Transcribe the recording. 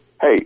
Hey